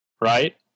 right